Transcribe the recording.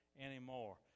anymore